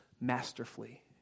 masterfully